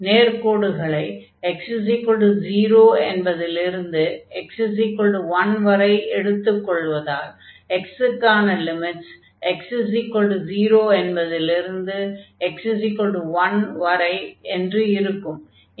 நேர்க்கோடுகளை x0 என்பதிலிருந்து x1 வரை எடுத்துக் கொள்வதால் x க்கான லிமிட்ஸ் x0 என்பதிலிருந்து x1 வரை என்று இருக்கும்